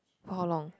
how long